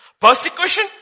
Persecution